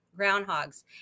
groundhogs